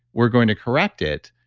we're going to correct it.